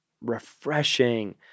refreshing